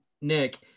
Nick